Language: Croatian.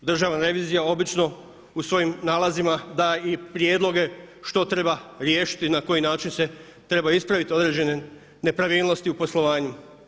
Državna revizija obično u svojim nalazima da i prijedloge što treba riješiti i na koji način se treba ispraviti određene nepravilnosti u poslovanju.